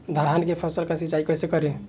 धान के फसल का सिंचाई कैसे करे?